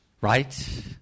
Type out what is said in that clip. right